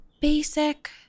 basic